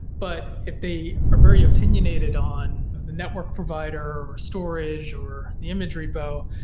but if they are very opinionated on the network provider, or storage, or the image repo,